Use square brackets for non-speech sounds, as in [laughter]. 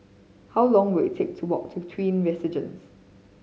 how long will it take to walk to Twin [unintelligible]